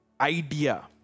idea